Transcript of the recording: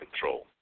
control